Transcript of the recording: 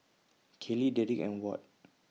Caylee Darrick and Ward